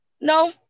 no